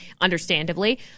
understandably